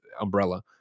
umbrella